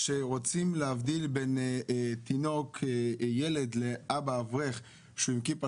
שרוצים להבדיל בין ילד לאברך עם כיפה